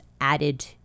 added